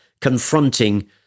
confronting